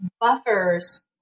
buffers